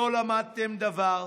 לא למדתם דבר.